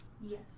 Yes